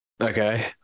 Okay